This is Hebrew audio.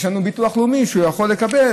יש לנו ביטוח לאומי שהוא יכול לקבל.